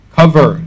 cover